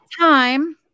time